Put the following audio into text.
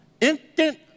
instant